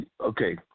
Okay